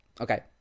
Okay